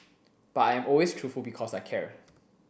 but I am always truthful because I care